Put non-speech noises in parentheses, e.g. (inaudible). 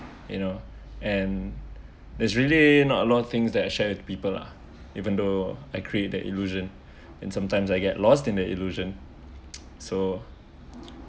you know and there's really not a lot of things that I share with people lah even though I create the illusion in sometimes I get lost in the illusion (noise) so